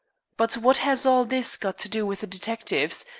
but what has all this got to do with detectives,